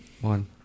One